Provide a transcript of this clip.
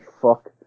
fuck